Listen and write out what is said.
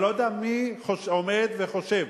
אני לא יודע מי עומד וחושב.